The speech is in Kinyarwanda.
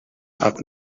ark